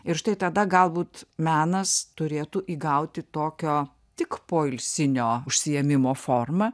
ir štai tada galbūt menas turėtų įgauti tokio tik poilsinio užsiėmimo formą